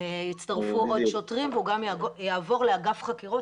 יצטרפו עוד שוטרים והוא גם יעבור לאגף חקירות,